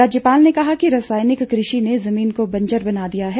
राज्यपाल ने कहा कि रासायनिक कृषि ने जमीन को बंजर बना दिया है